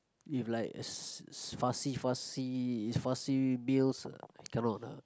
if like is fussy fussy fussy meals cannot lah